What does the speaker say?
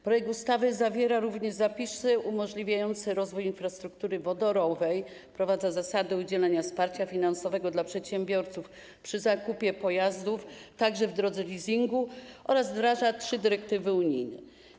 Projekt ustawy zawiera również zapisy umożliwiające rozwój infrastruktury wodorowej, wprowadza zasadę udzielania wsparcia finansowego dla przedsiębiorców przy zakupie pojazdów, także w drodze leasingu, oraz wdraża trzy dyrektywy unijne.